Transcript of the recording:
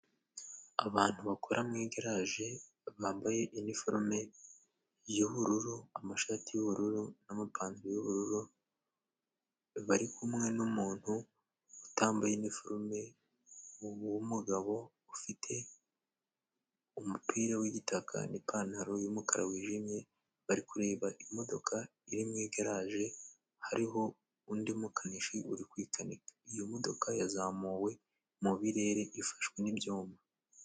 Abantu bakora mu garaje, bambaye iniforume y'ubururu. Amashati y'ubururu n'amapantaro y'ubururu. Bari kumwe n'umuntu utambaye iniforume w'umugabo ufite umupira w'igitaka n'ipantaro y'umukara wijimye. Bari kureba imodoka iri mu igaraje. Hariho undi mukanishi uri gukanika. Iyo modoka yazamuwe mu birere ifashwe n'byuyuma.